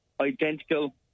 identical